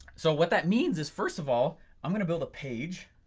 so what that means is first of all i'm gonna build a page